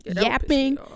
yapping